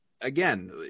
again